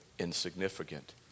insignificant